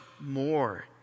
more